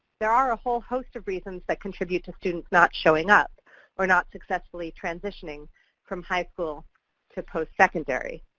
there are a whole host of reasons that contribute to students not showing up or not successfully transitioning from high school to postsecondary.